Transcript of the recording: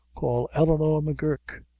call eleanor m'guirk.